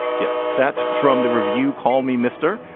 yeah that's from the review called me mister,